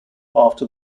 after